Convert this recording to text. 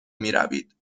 میروید